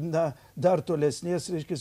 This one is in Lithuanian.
na dar tolesnės reiškias